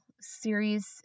series